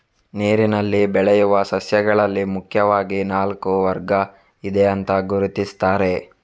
ನೀರಿನಲ್ಲಿ ಬೆಳೆಯುವ ಸಸ್ಯಗಳಲ್ಲಿ ಮುಖ್ಯವಾಗಿ ನಾಲ್ಕು ವರ್ಗ ಇದೆ ಅಂತ ಗುರುತಿಸ್ತಾರೆ